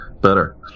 better